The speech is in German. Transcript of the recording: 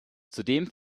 zudem